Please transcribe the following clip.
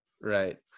Right